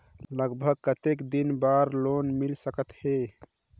लगभग कतेक दिन बार लोन मिल सकत हे?